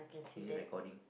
is it recording